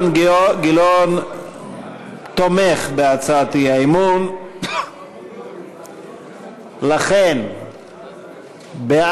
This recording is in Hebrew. הצעת סיעת יש עתיד להביע אי-אמון בממשלה לא נתקבלה.